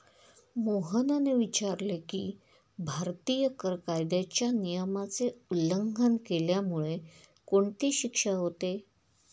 मोहनने विचारले की, भारतीय कर कायद्याच्या नियमाचे उल्लंघन केल्यामुळे कोणती शिक्षा होते?